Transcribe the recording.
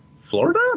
Florida